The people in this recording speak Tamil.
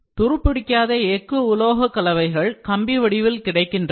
துருபிடிக்காத எக்கு உலோக கலவைகள் கம்பி வடிவில் கிடைக்கின்றன